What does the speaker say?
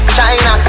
China